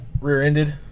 rear-ended